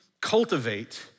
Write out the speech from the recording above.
cultivate